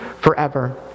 forever